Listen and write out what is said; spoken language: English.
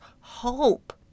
hope